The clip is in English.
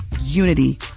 unity